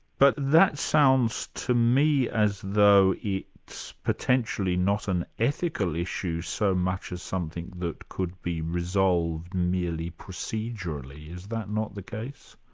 but that sounds to me as though it's so potentially not an ethical issue so much as something that could be resolved merely procedurally is that not the case?